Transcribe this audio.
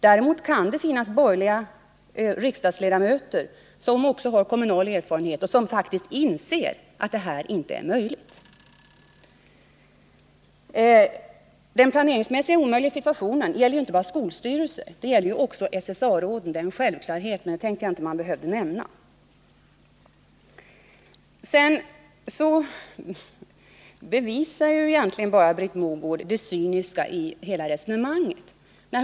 Däremot kan det finnas borgerliga riksdagsledamöter med kommunal erfarenhet, som inser det omöjliga i situationen. Den planeringsmässigt omöjliga situationen gäller inte bara skolstyrelserna utan också SSA-råden. Det är en självklarhet som jag trodde inte skulle behöva nämnas. Britt Mogårds upplysning om att man kan få stöd via sociallagstiftningen visar hur cyniskt hela hennes resonemang är.